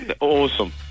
Awesome